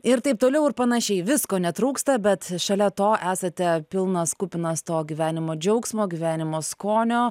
ir taip toliau ir panašiai visko netrūksta bet šalia to esate pilnas kupinas to gyvenimo džiaugsmo gyvenimo skonio